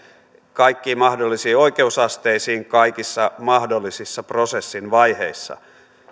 kaikkiin mahdollisiin oikeusasteisiin kaikissa mahdollisissa prosessin vaiheissa